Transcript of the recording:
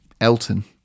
Elton